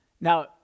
Now